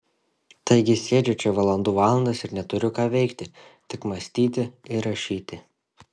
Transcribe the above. taigi sėdžiu čia valandų valandas ir neturiu ką veikti tik mąstyti ir rašyti